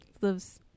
lives